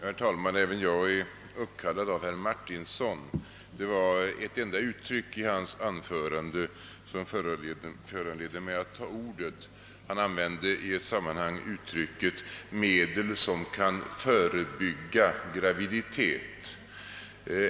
Herr talman! Även jag är uppkallad av herr Martinsson. Det var ett enda ut tryck i hans anförande som föranledde mig att ta till orda — han använde i ett sammanhang uttrycket »medel som kan förebygga graviditet».